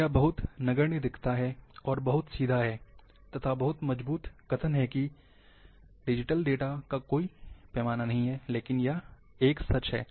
यह बहुत नगण्य दिखता है और बहुत सीधा है तथा बहुत मजबूत कथन है कि डिजिटल डेटा का कोई पैमाना नहीं है लेकिन यह सच है